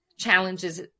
challenges